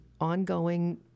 ongoing